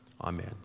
Amen